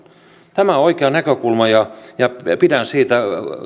tämä on oikea näkökulma ja ja pidän siitä